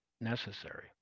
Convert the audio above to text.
necessary